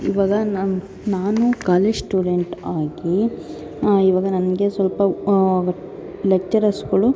ಇವಾಗ ನಾನು ನಾನು ಕಾಲೇಜ್ ಸ್ಟೂಡೆಂಟ್ ಆಗಿ ಇವಾಗ ನನಗೆ ಸ್ವಲ್ಪ ಲೆಕ್ಚರರ್ಸ್ಗಳು